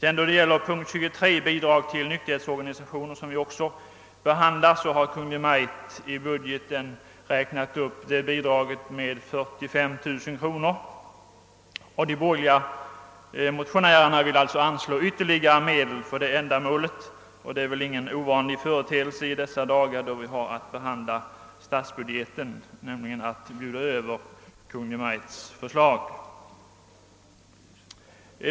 Bidraget under punkten 23 till nykterhetsorganisationer, som vi också behandlar, har Kungl. Maj:t i budgeten räknat upp med 45 000 kronor. De borgerliga motionärerna vill att ytterligare medel skall anslås för det ändamålet. Det är väl heller ingen ovanlig företeelse i dessa dagar att bjuda över Kungl. Maj:ts förslag då vi har att behandla statsbudgeten.